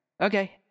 okay